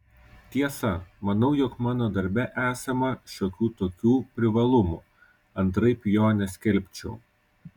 tiesa manau jog mano darbe esama šiokių tokių privalumų antraip jo neskelbčiau